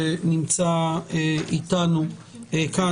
שנמצא אתנו כאן,